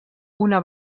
una